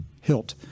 hilt